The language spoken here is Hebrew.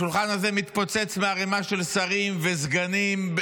השולחן הזה מתפוצץ מערימה של שרים וסגנים,